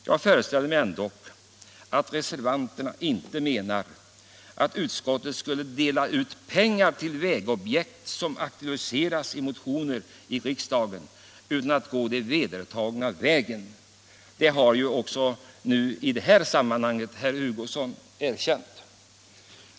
Jag föreställer mig ändock att reservanterna inte menar att utskottet skulle dela ut pengar till vägobjekt, som aktualiseras i motioner i riksdagen, utan att de anser att man bör gå den vedertagna vägen. Det har ju också herr Hugosson i det här sammanhanget erkänt.